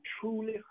truly